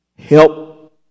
Help